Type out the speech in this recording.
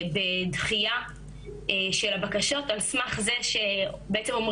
בדחייה של הבקשות על סמך זה שבעצם,